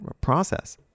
process